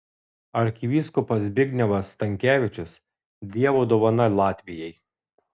arkivyskupas zbignevas stankevičius dievo dovana latvijai